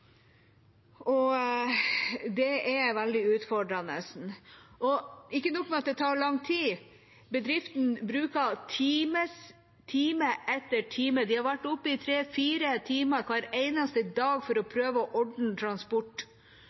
Det er veldig utfordrende. Ikke nok med at det tar lang tid, men bedriften bruker time etter time – de har vært oppe i tre–fire timer hver eneste dag – på å prøve å ordne transport.